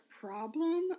problem